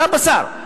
רק בשר.